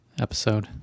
episode